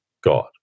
God